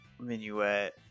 minuet